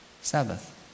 Sabbath